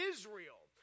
Israel